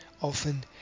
Often